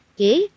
Okay